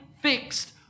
fixed